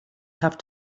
have